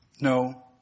No